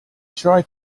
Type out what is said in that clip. tried